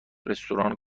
رستوران